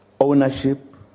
ownership